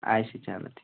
اَچھا چلو ٹھیٖک